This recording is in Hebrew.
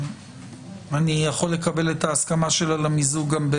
אני יכול לקבל את ההסכמה שלה למיזוג?